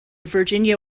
virginia